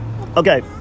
Okay